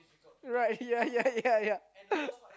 right ya ya ya ya